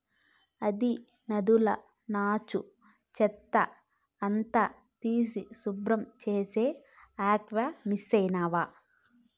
అది నదిల నాచు, చెత్త అంతా తీసి శుభ్రం చేసే ఆక్వామిసనవ్వా